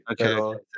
Okay